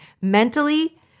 mentally